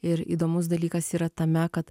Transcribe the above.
ir įdomus dalykas yra tame kad